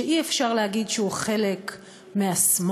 שאי-אפשר להגיד שהוא חלק מהשמאל,